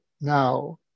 now